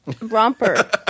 Romper